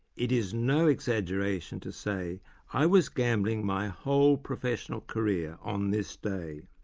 it is no exaggeration to say i was gambling my whole professional career on this day.